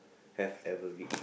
have ever read